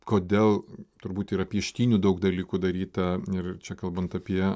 kodėl turbūt yra pieštinių daug dalykų daryta ir čia kalbant apie